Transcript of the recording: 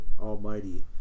almighty